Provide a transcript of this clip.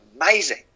amazing